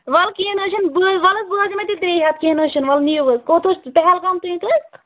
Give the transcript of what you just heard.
وَلہٕ کیٚںٛہہ نہٕ حظ چھُنہٕ بہٕ وَلہٕ بہٕ حظ دِمٕے تیٛلہِ ترٛےٚ ہَتھ کیٚنٛہہ نہَ حظ چھُ وَلہٕ نِیِو حظ کوٚت حظ پہلگام تام حظ